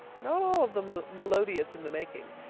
not all of them melodious in the making,